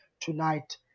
tonight